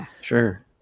sure